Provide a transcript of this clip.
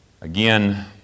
Again